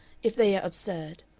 if they are absurd.